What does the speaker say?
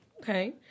Okay